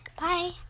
bye